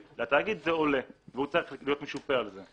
לתאגיד זה עולה והוא צריך להיות משופה על זה,